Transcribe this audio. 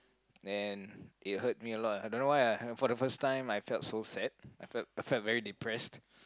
then it hurt me a lot I don't know why ah for the first time I felt so sad I felt I felt very depressed